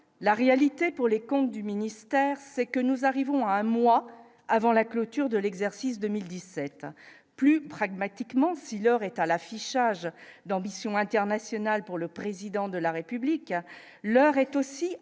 la réalité pour les comptes du ministère, c'est que nous arrivons à un mois avant la clôture de l'exercice 2017, plus pragmatiquement si leur état l'affichage d'ambitions internationales pour le président de la République, l'heure est aussi